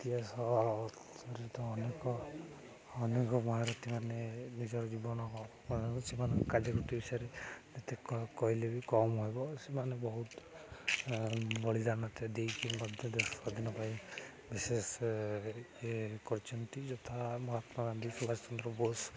ଇତିହାସ ତ ଅନେକ ଅନେକ ମହାରଥୀମାନେ ନିଜର ଜୀବନ ସେମାନଙ୍କ କାର୍ଯ୍ୟକୃତି ବିଷୟରେ ଯେତେ କ କହିଲେ ବି କମ୍ ହେବ ସେମାନେ ବହୁତ ବଳିଦାନତା ଦେଇକି ମଧ୍ୟ ଦେଶ ଦିନ ପାଇଁ ବିଶେଷ ଇଏ କରିଛନ୍ତି ଯଥା ମହାତ୍ମା ଗାନ୍ଧୀ ସୁଭାଷ ଚନ୍ଦ୍ର ବୋଷ